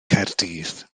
caerdydd